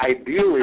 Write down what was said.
Ideally